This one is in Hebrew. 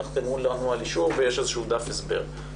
תחתמו לנו על אישור ויש איזשהו דף הסבר.